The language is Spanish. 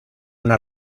una